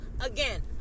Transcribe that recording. Again